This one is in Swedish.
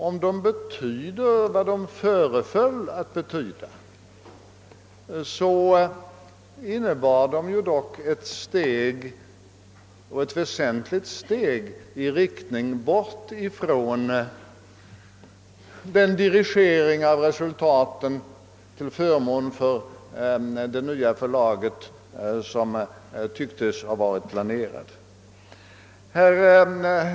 Om de betyder vad de föreföll att betyda, så innebär det ett väsentligt steg, i riktning bort från den dirigering av resultaten till förmån för det nya förlaget som tycktes ha varit planerad.